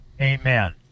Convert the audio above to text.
amen